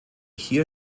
hier